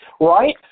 right